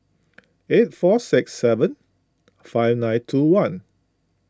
eight four six seven five nine two one